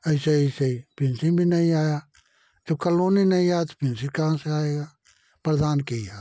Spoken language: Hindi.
ऐसे ऐसे पेंसिन भी नहीं आया जब कलोनी नहीं आया तो पेंसिन कहाँ से आएगा प्रधान की ये हाल है